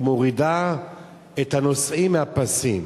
היא מורידה את הנוסעים מהפסים.